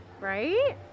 Right